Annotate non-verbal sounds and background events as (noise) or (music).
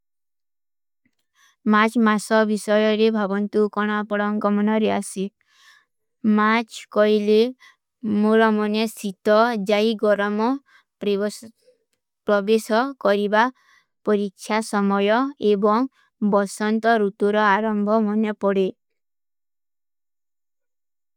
ମାଚ ମାସା ଵିଶଯ ଭଵନ୍ତୂ କାନା ପଡାଂ କମନା ରିଯାସୀ। ମାଚ କଈଲେ ମୁଲା ମନେ ସିତା ଜାଈ ଗରମ (hesitation) ପ୍ରିଵସ୍ତ ପ୍ରଵେଶ କରୀବା ପରିଚ୍ଚା ସମଯା ଏବାଂ ବସଂତ ରୁତୁରା ଆରଂଭା ମନେ ପଡେ।